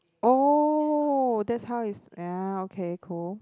oh that's how it's ya okay cool